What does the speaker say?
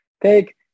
Take